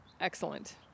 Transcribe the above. excellent